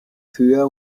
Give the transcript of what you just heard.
ciudad